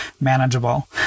manageable